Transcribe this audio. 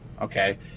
okay